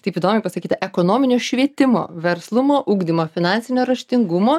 taip įdomiai pasakyta ekonominio švietimo verslumo ugdymo finansinio raštingumo